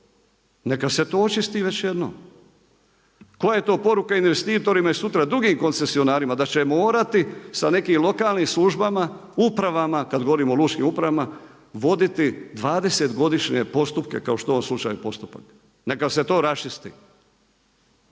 Neka se to očisti već jednom. Koja je to poruka investitorima i sutra drugim koncesionarima, da će morati sa nekim lokalnim službama, upravama, kada govorimo o lučkim upravama voditi 20 godišnje postupke kao što je u ovom slučaju postupka. Neka se to raščisti.